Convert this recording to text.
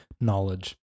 knowledge